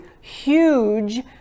huge